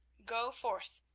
go forth,